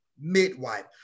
midwife